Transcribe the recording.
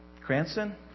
Cranston